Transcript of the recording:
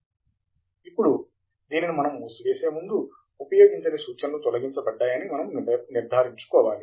ఇప్పుడు దీనిని మనము మూసివేసే ముందు ఉపయోగించని సూచనలు తొలగించబడ్డాయని మనము నిర్ధారించుకోవాలి